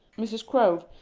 mrs. crowe,